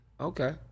okay